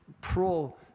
pro